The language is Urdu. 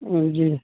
جی